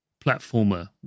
platformer